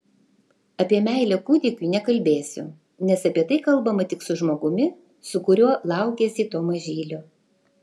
apie meilę kūdikiui nekalbėsiu nes apie tai kalbama tik su žmogumi su kuriuo laukiesi to mažylio